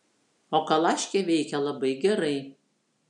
o kalaškė veikia labai gerai